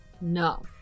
No